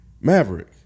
Maverick